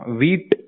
Wheat